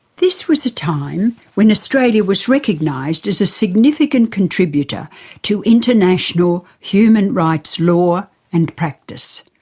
this was a time when australia was recognised as a significant contributor to international human rights law and practice.